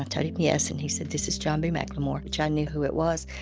i told him yes. and he said, this is john b. mclemore, which i knew who it was.